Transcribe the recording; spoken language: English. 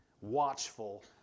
watchful